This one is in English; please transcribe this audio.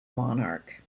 monarch